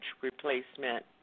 replacement